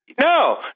No